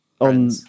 On